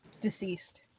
deceased